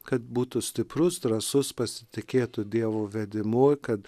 kad būtų stiprus drąsus pasitikėtų dievo vedimu kad